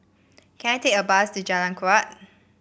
can I take a bus to Jalan Kuak